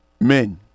Men